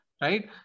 Right